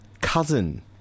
cousin